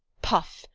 puff,